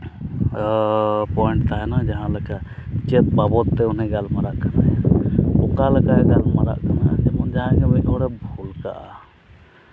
ᱛᱚ ᱵᱚᱱ ᱛᱟᱦᱮᱱᱟ ᱡᱟᱦᱟᱸ ᱞᱮᱠᱟ ᱪᱮᱫ ᱵᱟᱵᱚᱫ ᱛᱮ ᱩᱱᱤ ᱜᱟᱞᱢᱟᱨᱟᱜ ᱠᱟᱱᱟᱭ ᱚᱠᱟ ᱞᱮᱠᱟᱭ ᱜᱟᱞᱢᱟᱨᱟᱜ ᱠᱟᱱᱟ ᱡᱟᱦᱟᱸᱭ ᱜᱮ ᱢᱤᱫ ᱦᱚᱲᱮ ᱵᱷᱩᱞ ᱠᱟᱜᱼᱟ